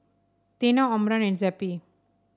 Tena Omron and Zappy